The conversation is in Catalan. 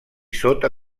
sota